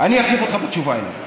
אני אחליף אותך בתשובה אליי.